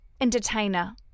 entertainer